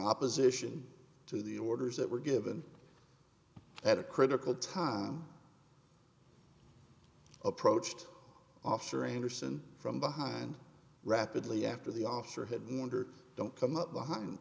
opposition to the orders that were given at a critical time approached officer and are sent from behind rapidly after the officer had wondered don't come up behind